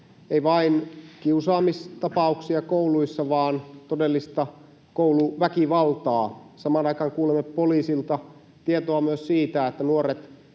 vain kiusaamistapauksia kouluissa vaan todellista kouluväkivaltaa. Samaan aikaan kuulemme poliisilta tietoa myös siitä, että nuoret